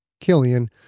Killian